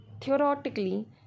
Theoretically